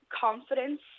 confidence